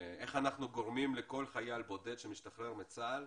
איך אנחנו גורמים לכל חייל בודד שמשתחרר מצה"ל,